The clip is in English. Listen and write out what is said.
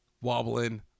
wobbling